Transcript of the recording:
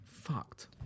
Fucked